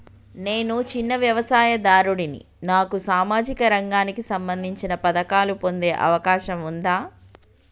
నేను చిన్న వ్యవసాయదారుడిని నాకు సామాజిక రంగానికి సంబంధించిన పథకాలు పొందే అవకాశం ఉందా?